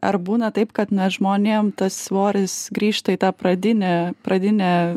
ar būna taip kadna žmonėm tas svoris grįžta į tą pradinę pradinę